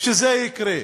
שזה יקרה.